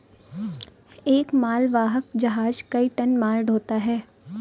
एक मालवाहक जहाज कई टन माल ढ़ोता है